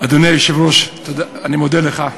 אדוני היושב-ראש, אני מודה לך,